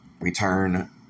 return